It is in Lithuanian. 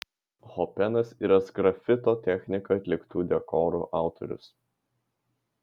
hopenas yra sgrafito technika atliktų dekorų autorius